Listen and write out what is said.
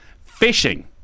Fishing